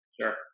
Sure